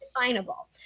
definable